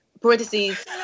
Parentheses